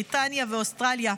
בריטניה ואוסטרליה.